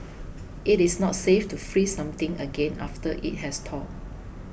it is not safe to freeze something again after it has thawed